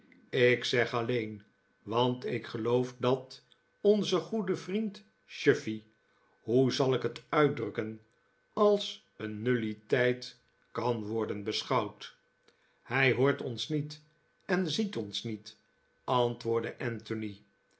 ik zeg alleen want ik geloof dat onze goede vriend chuffey hoe zal ik het uitdrukken als een nulliteit kan worden beschouwd hij hoort ons niet en ziet ons niet antwoordde anthony